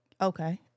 okay